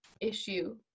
issue